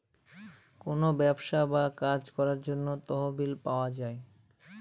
কোনো ব্যবসা বা কাজ করার জন্য তহবিল পাওয়া যায়